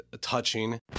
touching